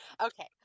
Okay